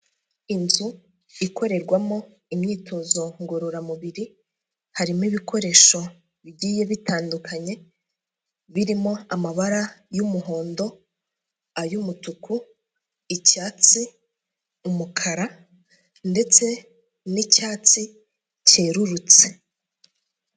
Inzu ikorerwamo imyitozo ngororamubiri harimo ibikoresho bigiye bitandukanye birimo amabara y'umuhondo ay'umutuku, icyatsi, umukara ndetse n'icyatsi cyerurutse.